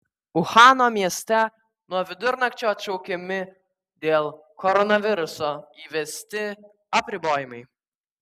uhano mieste nuo vidurnakčio atšaukiami dėl koronaviruso įvesti apribojimai